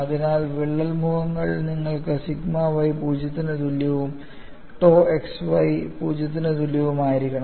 അതിനാൽ വിള്ളൽ മുഖങ്ങളിൽ നിങ്ങൾക്ക് സിഗ്മ y 0 ന് തുല്യവും tau xy 0 ന് തുല്യവും ആയിരിക്കണം